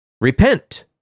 Repent